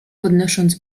podnosząc